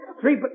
three